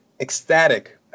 ecstatic